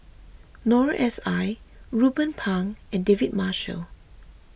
Noor S I Ruben Pang and David Marshall